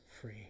free